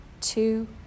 two